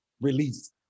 release